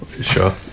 Sure